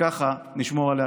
כדי לשמור על ירושלים.